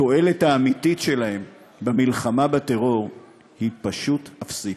התועלת האמיתית שלהם במלחמה בטרור היא פשוט אפסית.